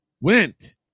went